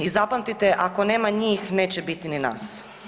I zapamtite ako nema njih neće biti ni nas.